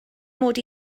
mod